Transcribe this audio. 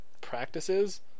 practices